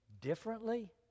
differently